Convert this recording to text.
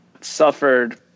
suffered